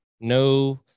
no